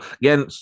again